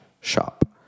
shop